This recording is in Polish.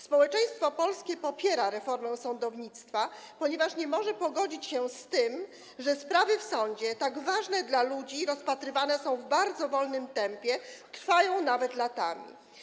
Społeczeństwo polskie popiera reformę sądownictwa, ponieważ nie może pogodzić się z tym, że sprawy w sądzie, tak ważne dla ludzi, rozpatrywane są w bardzo wolnym tempie, trwają nawet latami.